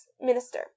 minister